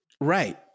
Right